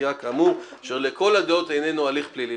חקירה כאמור אשר לכל הדעות איננו הליך פלילי'.